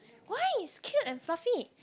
why it's cute and fluffy